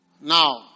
Now